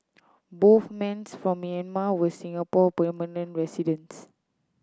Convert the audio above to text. both from Myanmar were Singapore permanent residents